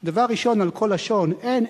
/ דבר ראשון על כל לשון / אין,